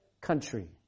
country